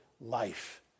life